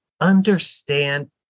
understand